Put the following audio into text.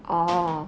orh